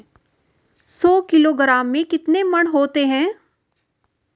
सौ किलोग्राम में कितने मण होते हैं?